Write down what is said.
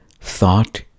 thought